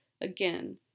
Again